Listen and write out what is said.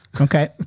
Okay